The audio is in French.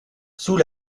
sous